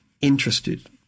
interested